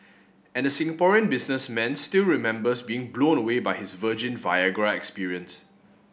and the Singaporean businessman still remembers being blown away by his virgin Viagra experience